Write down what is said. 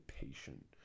patient